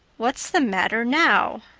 what's the matter now?